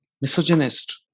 misogynist